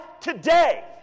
today